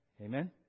Amen